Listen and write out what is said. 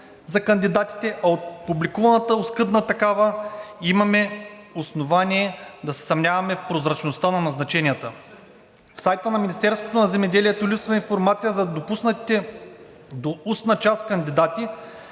за кандидатите, а от публикуваната оскъдна такава имаме основание да се съмняваме в прозрачността на назначенията. На сайта на Министерството на земеделието липсва информация за допуснатите до устна част кандидати,